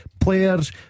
players